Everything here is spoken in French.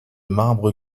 marbre